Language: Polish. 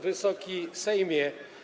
Wysoki Sejmie!